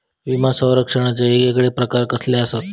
विमा सौरक्षणाचे येगयेगळे प्रकार कसले आसत?